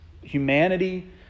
humanity